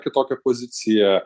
kitokią poziciją